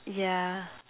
ya